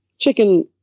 Chicken